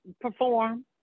perform